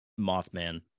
mothman